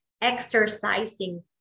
exercising